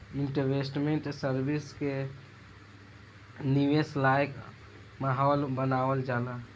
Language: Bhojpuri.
इन्वेस्टमेंट सर्विस से निवेश लायक माहौल बानावल जाला